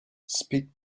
speak